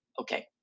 okay